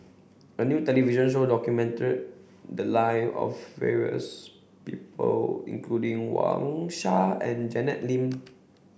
a new television show documented the lives of various people including Wang Sha and Janet Lim